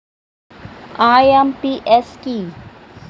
IMPS কি?